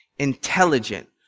intelligent